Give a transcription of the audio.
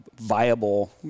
viable